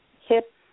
hip